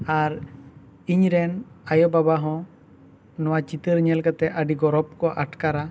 ᱟᱨ ᱤᱧ ᱨᱮᱱ ᱟᱭᱳ ᱵᱟᱵᱟ ᱦᱚᱸ ᱱᱚᱣᱟ ᱪᱤᱛᱟᱹᱨ ᱧᱮᱞ ᱠᱟᱛᱮ ᱟᱹᱰᱤ ᱜᱚᱨᱚᱵᱽ ᱠᱚ ᱟᱴᱠᱟᱨᱟ